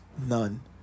None